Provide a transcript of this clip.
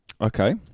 Okay